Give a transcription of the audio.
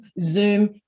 Zoom